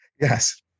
Yes